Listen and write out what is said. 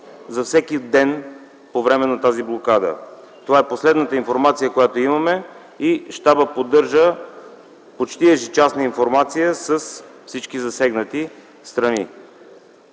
за всеки ден по време на блокадата. Това е последната информация, която имаме. Щабът поддържа почти ежечасна информация с всички засегнати страни.